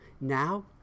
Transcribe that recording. Now